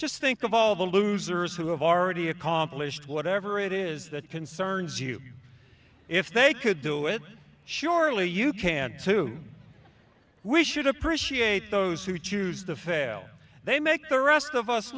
just think of all the losers who have already accomplished whatever it is that concerns you if they could do it surely you can too we should appreciate those who choose to fail they make the rest of us